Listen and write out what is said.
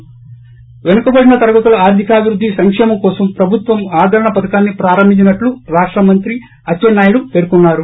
ి ప్రెనుకబడిన తరగతుల ఆర్దికాభివృద్ది సంకేమం కోసం ప్రభుత్వం ఆదరణ పథకాన్ని ప్రారంభించినట్లు రాష్ట మంత్రి అచ్చెన్నా యుడు పేర్కొన్నారు